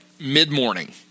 mid-morning